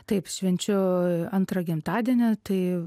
taip švenčiu antrą gimtadienį tai